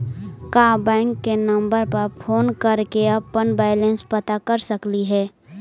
का बैंक के नंबर पर फोन कर के अपन बैलेंस पता कर सकली हे?